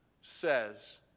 says